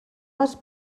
les